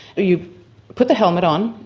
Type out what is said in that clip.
you put the helmet on,